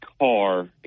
car